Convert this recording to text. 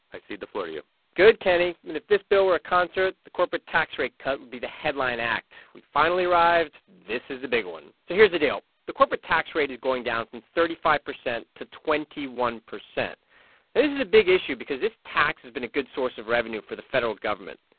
i cede the floor to you good, kenny. and if this bill were a concert, the corporate tax rate cut would be the headline act. we finally arrived. this is the big one. so here's the deal. the corporate tax rate is going down from thirty five percent to twenty one percent. this is a big issue because this tax has been a good source of revenue for the federal government.